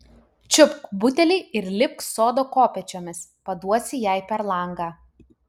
čiupk butelį ir lipk sodo kopėčiomis paduosi jai per langą